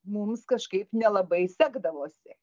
mums kažkaip nelabai sekdavosi